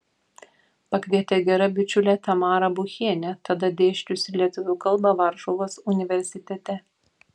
pakvietė gera bičiulė tamara buchienė tada dėsčiusi lietuvių kalbą varšuvos universitete